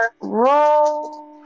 roll